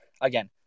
again